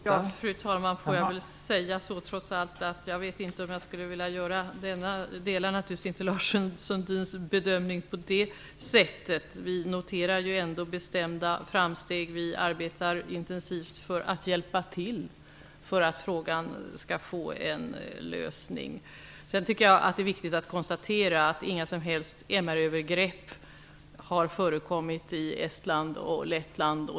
Fru talman! Får jag trots allt säga att jag naturligtvis inte delar Lars Sundins bedömning. Vi noterar ändå bestämda framsteg, och vi arbetar intensivt för att hjälpa till för att frågan skall få en lösning. Det är viktigt att konstatera att inga som helst MR övergrepp har förekommit i Estland och Lettland.